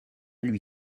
lui